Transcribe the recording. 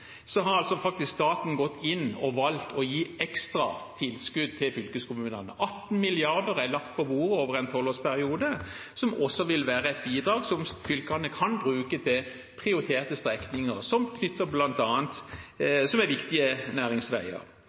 faktisk staten gått inn og valgt å gi ekstra tilskudd til fylkeskommunene. 18 mrd. kr er lagt på bordet over en tolvårsperiode, som også vil være et bidrag fylkene kan bruke til prioriterte strekninger som er viktige næringsveier. Når det gjelder midlene som